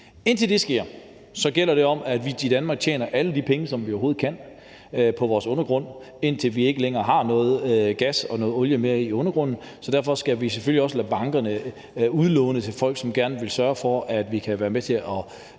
Indtil det sker, gælder det om, at vi i Danmark tjener alle de penge, som vi overhovedet kan, på vores undergrund, indtil vi ikke længere har mere gas og olie i undergrunden. Så derfor skal vi selvfølgelig også lade bankerne udlåne til folk, som gerne vil sørge for, at vi kan være med til at